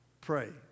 pray